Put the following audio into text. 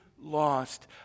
lost